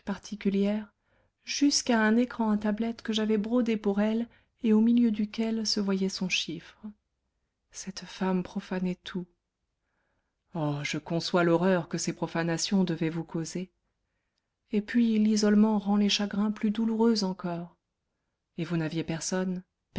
particulière jusqu'à un écran à tablette que j'avais brodé pour elle et au milieu duquel se voyait son chiffre cette femme profanait tout oh je conçois l'horreur que ces profanations devaient vous causer et puis l'isolement rend les chagrins plus douloureux encore et vous n'aviez personne